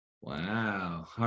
Wow